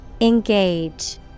Engage